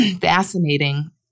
Fascinating